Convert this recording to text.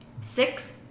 Six